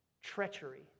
treachery